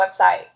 website